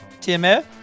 Tmf